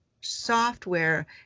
software